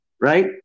right